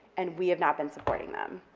and we have not been supporting them,